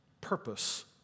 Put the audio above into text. purpose